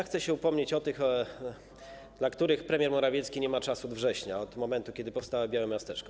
Chcę się upomnieć o tych, dla których premier Morawiecki nie ma czasu od września, od momentu, kiedy powstało białe miasteczko.